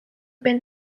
been